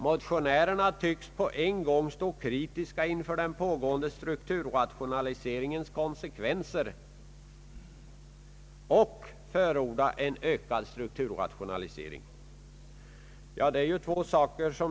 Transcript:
Motionärerna tycks på en gång stå kritiska inför den pågående strukturrationaliseringens <konsekvenser och förorda en ökad strukturrationalisering.